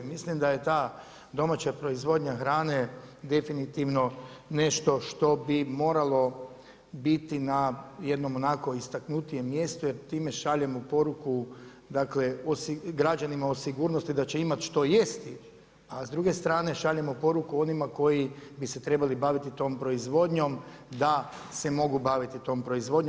Mislim da je ta domaća proizvodnja hrane definitivno nešto što bi moralo biti na jednom onako istaknutijem mjestu jer time šaljemo poruku građanima o sigurnosti da će imati što jesti, a s druge strane šaljemo poruku onima koji bi se trebali baviti tom proizvodnjom da se mogu baviti tom proizvodnjom.